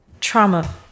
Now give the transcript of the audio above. trauma